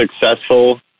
successful